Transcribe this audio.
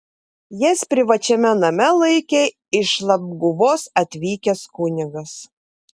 jas privačiame name laikė iš labguvos atvykęs kunigas